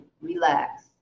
relax